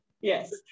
Yes